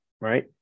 right